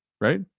right